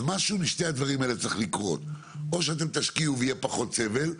משהו משני הדברים האלה צריך לקרות: או שתשקיעו ויהיה פחות סבל,